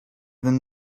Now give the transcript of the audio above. been